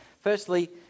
firstly